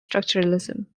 structuralism